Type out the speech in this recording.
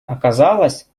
оказалось